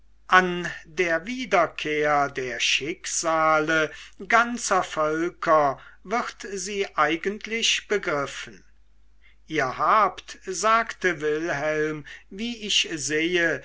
an der wiederkehr der schicksale ganzer völker wird sie eigentlich begriffen ihr habt sagte wilhelm wie ich sehe